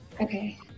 okay